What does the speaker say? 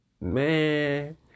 man